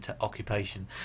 occupation